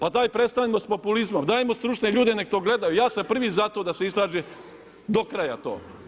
Pa daj prestanimo s populizmom, dajmo stručne ljude da to gledaju, ja sam prvi za to da se istraži do kraja to.